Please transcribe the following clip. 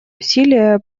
усилия